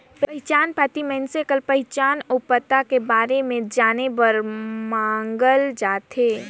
पहिचान पाती मइनसे कर पहिचान अउ पता कर बारे में जाने बर मांगल जाथे